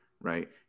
right